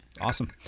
awesome